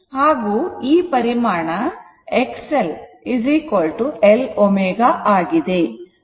ಮತ್ತು ಈ ಪರಿಮಾಣ XL L ω ಆಗಿದೆ